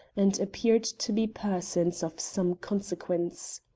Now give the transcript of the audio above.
and appeared to be persons of some consequence.